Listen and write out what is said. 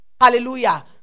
Hallelujah